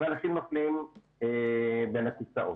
ואנשים נופלים בין הכיסאות.